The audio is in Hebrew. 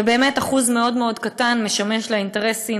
ובאמת אחוז מאוד מאוד קטן משמש לאינטרסים